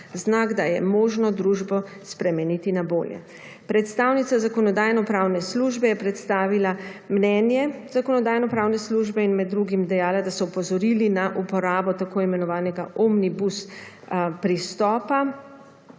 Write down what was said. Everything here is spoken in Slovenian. znak, da je možno družbo spremeniti na bolje. Predstavnica Zakonodajno-pravne službe je predstavila mnenje Zakonodajno-pravne službe in med drugim dejala, da so opozorili na uporabo t.i. omnibus pristopa